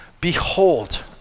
Behold